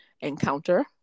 encounter